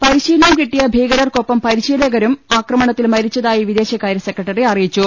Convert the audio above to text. പരിശീ ലനം കിട്ടിയ ഭീകരർക്കൊപ്പം പരിശീലകരും ആക്രമണത്തിൽ മരിച്ചതായി വിദേശകാര്യ സെക്രട്ടറി അറിയിച്ചു